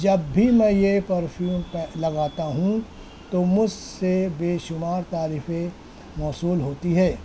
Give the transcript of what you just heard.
جب بھی میں یہ پرفیوم لگاتا ہوں تو مجھ سے بے شمار تعریفیں موصول ہوتی ہے